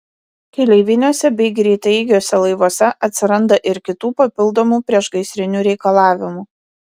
keleiviniuose bei greitaeigiuose laivuose atsiranda ir kitų papildomų priešgaisrinių reikalavimų